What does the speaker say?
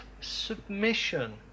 submission